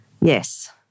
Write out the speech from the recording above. Yes